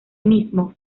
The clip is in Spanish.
mismo